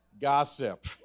Gossip